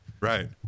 right